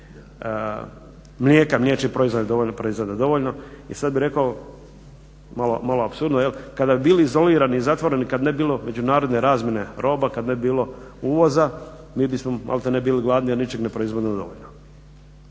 Mlijeka, mliječnih proizvoda proizvode dovoljno. I sad bih rekao malo apsurdno, je li, kada bi bili izolirani i zatvoreni, kad ne bi bilo međunarodne razmjene roba, kad ne bi bilo uvoza mi bismo maltene bili gladni, a ničeg ne proizvodimo dovoljno.